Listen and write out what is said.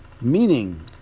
meaning